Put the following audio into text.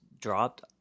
dropped